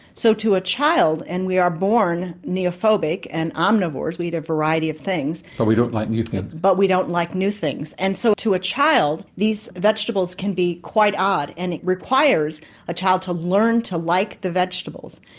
so to a child, and we are born neophobic and omnivores, we eat a variety of things, norman swan but we don't like new things. but we don't like new things. and so to a child these vegetables can be quite odd, and it requires a child to learn to like the vegetables.